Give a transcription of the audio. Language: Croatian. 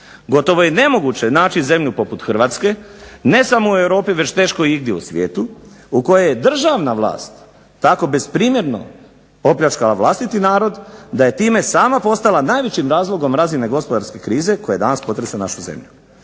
gotovo je nemoguće naći zemlju poput Hrvatske, ne samo u Europi već teško igdje u svijetu, u kojoj je državna vlast tako besprimjerno opljačkala vlastiti narod, da je time sama postala najvećim razlogom razine gospodarske krize, koja danas potresa našu zemlju.